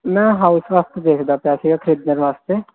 ਮੈਂ ਹਾਊਸ ਵਾਸਤੇ ਦੇਖਦਾ ਪਿਆ ਸੀਗਾ ਖਰੀਦਣ ਵਾਸਤੇ